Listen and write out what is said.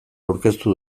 aurkeztu